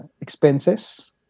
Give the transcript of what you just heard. expenses